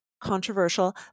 controversial